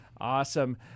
Awesome